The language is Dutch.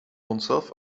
onszelf